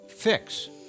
Fix